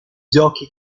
giochi